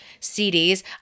cds